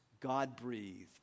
God-breathed